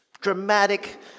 dramatic